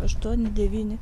aštuoni devyni